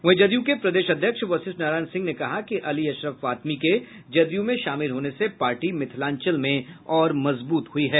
वहीं जदयू के प्रदेश अध्यक्ष वशिष्ठ नारायण सिंह ने कहा कि अली अशरफ फातमी के जदयू में शामिल होने से पार्टी मिथिलांचल में और मजबूत हुई है